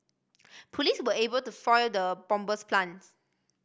police were able to foil the bomber's plans